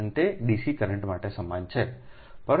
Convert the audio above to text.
અને તે DC current માટે સમાન છે